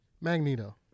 Magneto